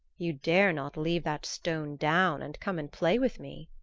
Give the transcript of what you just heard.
you dare not leave that stone down and come and play with me.